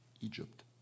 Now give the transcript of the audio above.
Egypt